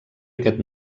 aquest